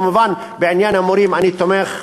כמובן, בעניין המורים אני תומך,